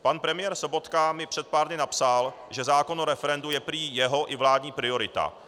Pan premiér Sobotka mi před pár dny napsal, že zákon o referendu je prý jeho i vládní priorita.